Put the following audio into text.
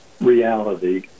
reality